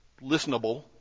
listenable